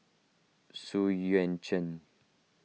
Xu Yuan Zhen